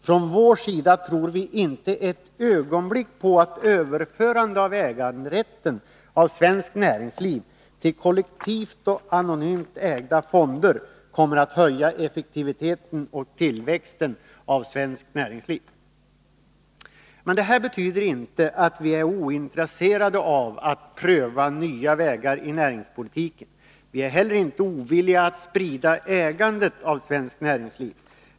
Från vår sida tror vi inte ett ögonblick på att överförande av äganderätten av svenskt näringsliv till kollektivt och anonymt ägda fonder kommer att höja effektiviteten och tillväxten hos svenskt näringsliv. Men det betyder inte att vi är ointresserade av att pröva nya vägar i näringspolitiken. Vi är heller inte ovilliga att sprida ägandet av svenskt näringsliv.